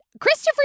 Christopher